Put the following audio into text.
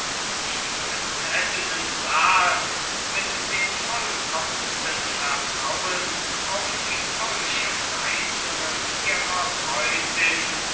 die prinzessinnen sahen mit dem vollkommensten vertrauen auf die keuschen reizungen ihrer freundin